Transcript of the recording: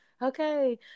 okay